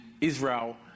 Israel